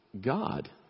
God